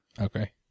Okay